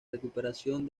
recuperación